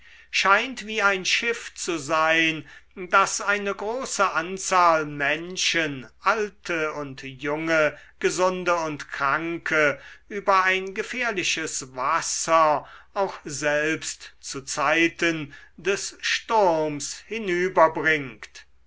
scheint wie ein schiff zu sein das eine große anzahl menschen alte und junge gesunde und kranke über ein gefährliches wasser auch selbst zu zeiten des sturms